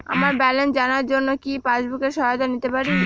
আমার ব্যালেন্স জানার জন্য কি পাসবুকের সহায়তা নিতে পারি?